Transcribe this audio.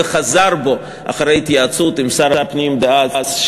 וחזר בו אחרי התייעצות עם שר הפנים דאז,